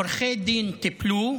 עורכי דין טיפלו,